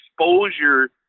exposure